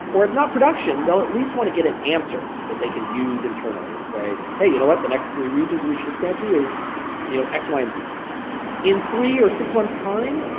or if not production, they'll at least want to get an answer that they can use internally and say, hey, you know what? the next three regions we should expand to is you know x, y and z in three or six months' time,